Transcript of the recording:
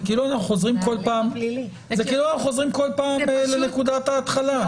זה כאילו אנחנו חוזרים כל פעם לנקודת ההתחלה.